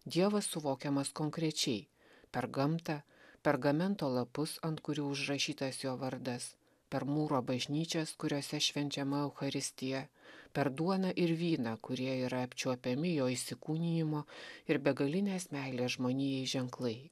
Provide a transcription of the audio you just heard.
dievas suvokiamas konkrečiai per gamtą pergamento lapus ant kurių užrašytas jo vardas per mūro bažnyčias kuriose švenčiama eucharistija per duoną ir vyną kurie yra apčiuopiami jo įsikūnijimo ir begalinės meilės žmonijai ženklai